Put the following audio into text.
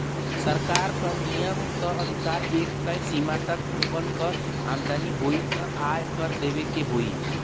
सरकार क नियम क अनुसार एक तय सीमा तक लोगन क आमदनी होइ त आय कर देवे के होइ